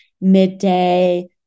midday